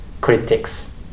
critics